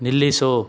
ನಿಲ್ಲಿಸು